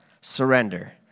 surrender